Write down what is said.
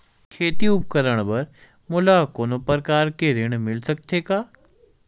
खेती उपकरण बर मोला कोनो प्रकार के ऋण मिल सकथे का?